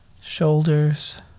shoulders